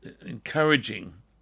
encouraging